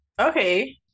Okay